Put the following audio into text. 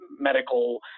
medical